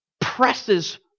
presses